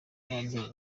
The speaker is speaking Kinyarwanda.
n’ababyeyi